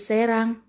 Serang